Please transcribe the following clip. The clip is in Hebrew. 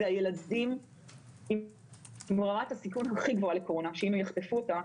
אלה הילדים עם הסיכון הכי גבוה לקורונה שאם הם יחטפו אותה,